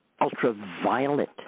ultraviolet